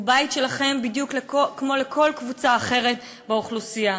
הוא בית שלכם בדיוק כמו של כל קבוצה אחרת באוכלוסייה.